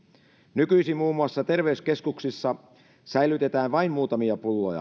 nykyisin muun muassa terveyskeskuksissa säilytetään vain muutamia pulloja